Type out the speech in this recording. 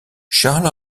charles